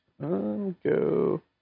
go